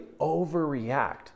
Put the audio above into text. overreact